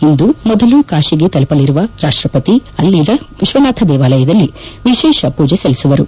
ಇಂದು ಮೊದಲು ಕಾಶಿಗೆ ತಲುಪಲಿರುವ ರಾಷ್ಟಪತಿ ಅಲ್ಲಿ ವಿಶ್ವನಾಥ ದೇವಾಲಯದಲ್ಲಿ ವಿಶೇಷ ಪೂಜೆ ಸಲ್ಲಿಸುವರು